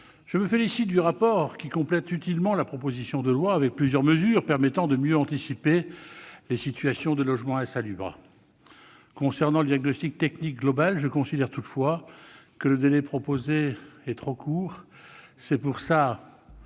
je me félicite du rapport qui complète utilement la proposition de loi, avec plusieurs mesures permettant de mieux anticiper les situations de logement insalubre. Concernant le diagnostic technique global, je considère toutefois que le délai proposé est trop court.